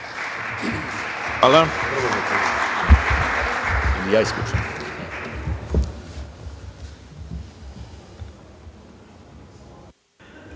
Hvala.